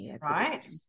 right